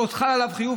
ועוד חל עליו חיוב,